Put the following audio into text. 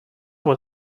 was